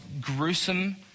gruesome